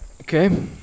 Okay